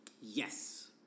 Yes